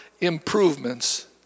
improvements